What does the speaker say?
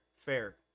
fair